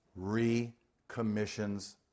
recommissions